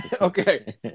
Okay